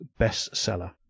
bestseller